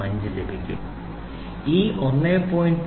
005 ലഭിക്കും ഈ 1